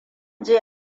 je